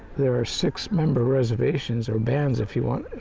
there are six member reservations, or bands, if you want.